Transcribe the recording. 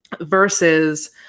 Versus